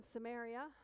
Samaria